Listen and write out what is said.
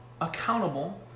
accountable